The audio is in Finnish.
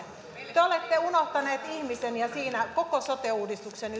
tänne te olette unohtaneet ihmisen ja siinä koko sote uudistuksen